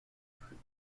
plus